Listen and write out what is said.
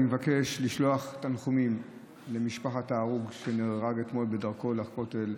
אני מבקש לשלוח תנחומים למשפחת ההרוג שנהרג אתמול בדרכו לכותל,